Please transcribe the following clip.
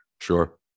Sure